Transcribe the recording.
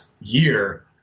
year